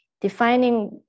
defining